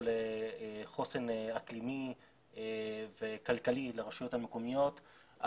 לחוסן אקלימי וכלכלי לרשויות המקומיות,